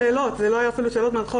שאלות זה אפילו לא היו שאלות מנחות.